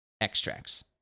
Extracts